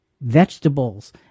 Vegetables